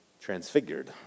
transfigured